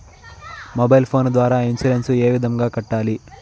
mobile phone ద్వారా insurance ఏ విధంగా కట్టాలి